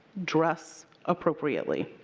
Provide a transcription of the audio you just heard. dress appropriately.